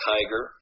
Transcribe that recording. Tiger